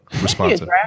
responsive